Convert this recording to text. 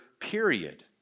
period